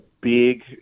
big